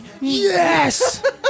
yes